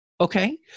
Okay